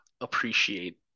appreciate